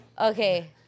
Okay